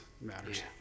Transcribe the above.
matters